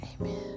amen